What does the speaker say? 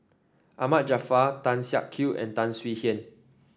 Ahmad Jaafar Tan Siak Kew and Tan Swie Hian